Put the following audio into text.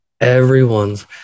everyone's